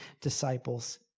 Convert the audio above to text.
disciples